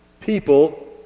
people